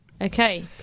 Okay